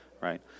Right